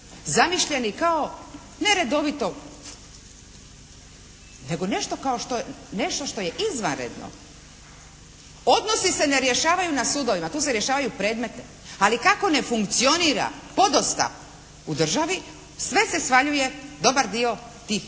zamišljeni kao ne redovito nego nešto što je izvanredno. Odnosi se ne rješavaju sudovima. Tu se rješavaju predmete. Ali kako ne funkcionira podosta u državi sve se svaljuje, dobar dio tih